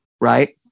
right